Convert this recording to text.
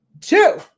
two